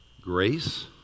grace